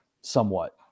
somewhat